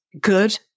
good